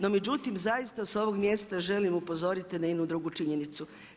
No, međutim zaista s ovog mjesta želim upozoriti na jednu drugu činjenicu.